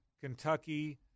Kentucky